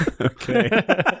Okay